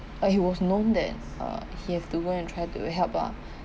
uh he was known that uh he had to go and try to help ah